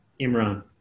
Imran